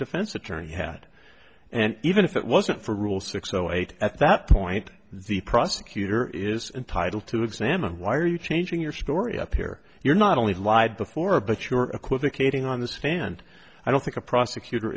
defense attorney had and even if it wasn't for rule six o eight at that point the prosecutor is entitled to examine why are you changing your story up here you're not only lied before but you're equivocating on the stand i don't think a prosecutor